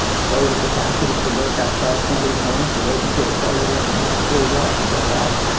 so the capacity to lurk outside of somebody's home, to wait until the car they recognize pulls up, to jump out,